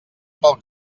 pel